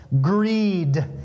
greed